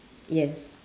yes